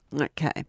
Okay